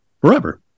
forever